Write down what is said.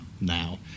now